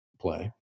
play